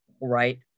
right